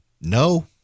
No